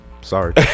Sorry